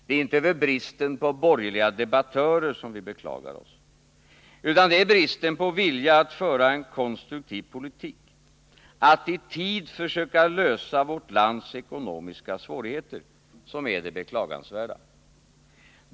Det är inte över bristen på borgerliga debattörer som vi beklagar oss, utan det är bristen på vilja att föra en konstruktiv politik, att i tid försöka lösa vårt lands ekonomiska svårigheter, som är det beklagansvärda.